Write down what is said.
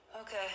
Okay